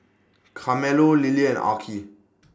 Carmelo Lelia and Arkie